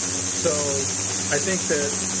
so i think that,